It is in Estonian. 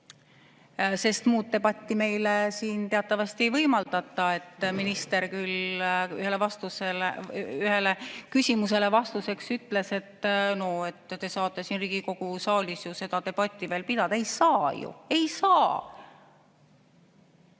sest muud debatti meile siin teatavasti ei võimaldata. Minister küll ühele küsimusele vastuseks ütles, et no te saate siin Riigikogu saalis seda debatti veel pidada. Ei saa ju, ei saa!